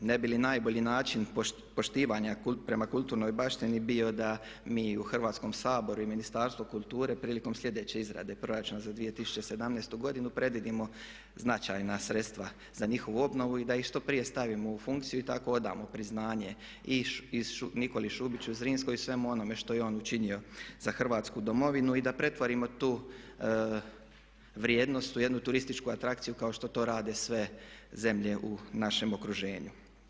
Ne bi li najbolji način poštivanja prema kulturnoj baštini bio da mi u Hrvatskom saboru i Ministarstvu kulture prilikom sljedeće izrade proračuna za 2017. godinu predvidimo značajna sredstva za njihovu obnovu i da ih što prije stavimo u funkciju i tako odamo priznanje i Nikoli Šubiću Zrinskom i svemu onome što je on učinio za hrvatsku domovinu i da pretvorimo tu vrijednost u jednu turističku atrakciju kao što to rade sve zemlje u našem okruženju.